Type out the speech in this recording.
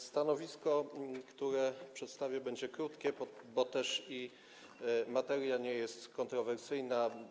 Stanowisko, które przedstawię, będzie krótkie, bo też i materia nie jest kontrowersyjna.